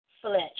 flesh